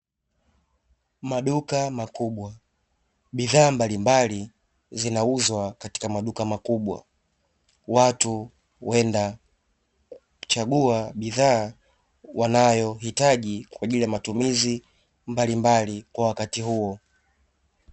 Maduka makubwa, bidhaa mbalimbali zinauzwa katika maduka makubwa, watu huenda kuchagua bidhaa wanayohitaji, kwa ajili ya matumizi mbalimbali kwa wakati huo.